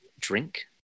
drink